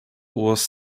was